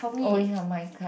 oh ya my card